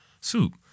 Soup